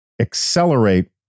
accelerate